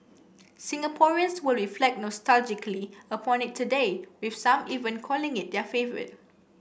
Singaporeans will reflect nostalgically upon it today with some even calling it their favourite